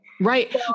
Right